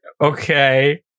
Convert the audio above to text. Okay